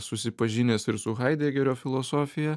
susipažinęs ir su haidegerio filosofija